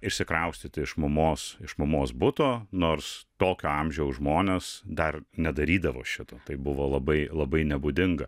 išsikraustyti iš mamos iš mamos buto nors tokio amžiaus žmonės dar nedarydavo šito tai buvo labai labai nebūdinga